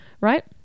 right